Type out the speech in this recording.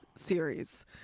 series